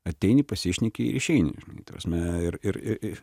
ateini pasišneki ir išeini ta prasme ir ir